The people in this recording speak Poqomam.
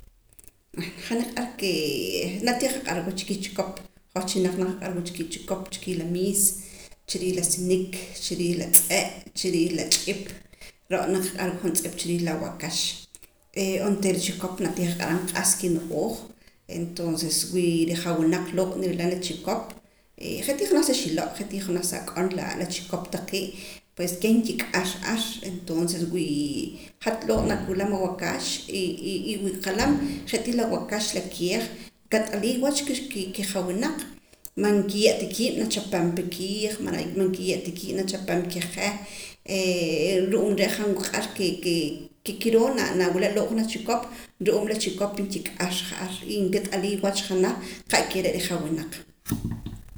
Ha niq'ar ke na ti qaq'arwa chi kiij chikop hoj chilanaq naqaq'arwa chi kiij chikop chi kiij la miis chi riij la sinik chi riij la tz'e' chiriij la ch'ip ro'na nqaq'arwa juntz'ip chi riij la waakax, onteera chikop natiqaq'aram q'as kino'ooj entonces wi rijawinaq looq' ni rilam la chikop e je' tii janaj sa xilo' je' tii janaj sak'on la' la chikop taqee' pues keh nkik'ar ar entonces wi hat looq' naak awilam awakaax wi qalam je' tii la waakax la keej kat'alii wach kijawinaq man nkiye' taqkiib' nachapam pa kiij man nkiye' ta kiib' nachapam pa kijeh ru'uum re' han wuq'ar ke kiroo na nawila' looq' janaj chhikop ru'uum la chikop nkik'ar ja'ar y nki wat'alii wach janaj q'akeh re' rijawinaq